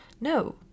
No